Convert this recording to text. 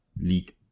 League